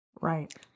Right